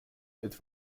alt